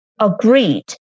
agreed